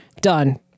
Done